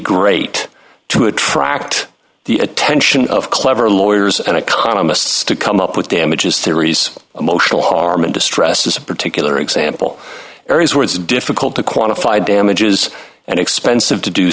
great to attract the attention of clever lawyers and economists to come up with damages theories emotional harm and distress is a particular example areas where it's difficult to quantify damages and expensive to do